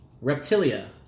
Reptilia